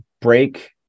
break